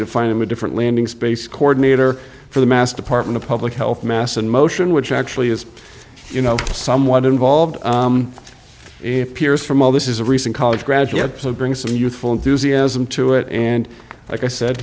to find him a different landing space coordinator for the mass department of public health mass in motion which actually is you know somewhat involved in peers from all this is a recent college graduate so bring some youthful enthusiasm to it and like i said